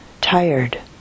tired